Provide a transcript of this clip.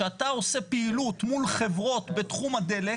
שאתה עושה פעילות מול חברות בתחום הדלק,